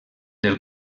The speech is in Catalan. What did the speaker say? del